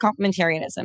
complementarianism